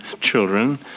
children